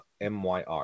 MYR